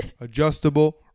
adjustable